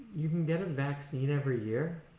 you can get vaccine every year.